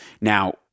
now